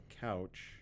couch